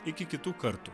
iki kitų kartų